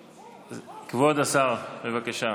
כבוד השר, בבקשה.